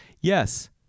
yes